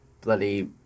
bloody